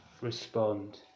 respond